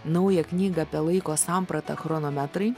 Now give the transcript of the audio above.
naują knygą apie laiko sampratą chronometrai